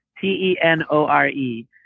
T-E-N-O-R-E